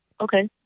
Okay